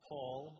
Paul